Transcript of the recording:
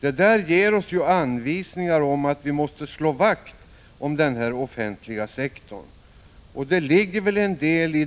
Det ger oss anvisning om att vi måste slå vakt om den offentliga sektorn. Det ligger väl en del,